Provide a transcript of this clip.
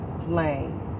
flame